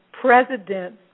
president